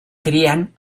crían